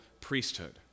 priesthood